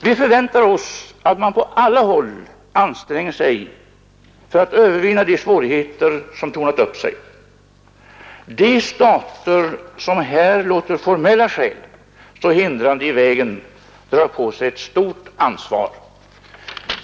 Vi förväntar oss att man på alla håll anstränger sig för att övervinna de svårigheter som tornat upp sig. De stater som här låter formella skäl stå hindrande i vägen drar på sig ett stort ansvar.